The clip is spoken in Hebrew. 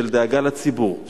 של דאגה לציבור,